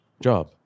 job